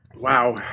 Wow